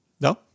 No